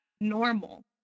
normal